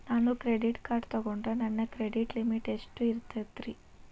ನಾನು credit card ತೊಗೊಂಡ್ರ ನನ್ನ ಕ್ರೆಡಿಟ್ ಲಿಮಿಟ್ ಎಷ್ಟ ಇರ್ತದ್ರಿ?